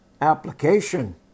application